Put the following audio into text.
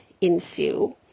ensue